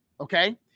okay